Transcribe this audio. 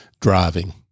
driving